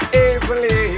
easily